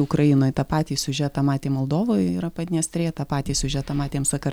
ukrainoj tą patį siužetą matėm moldovoj yra padniestrė tą patį siužetą matėm sakar